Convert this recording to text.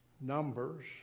Numbers